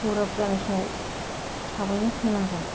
गोब्राब जानाय समाव थाबैनो फैनांगोन